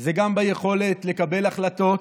זה גם ביכולת לקבל החלטות,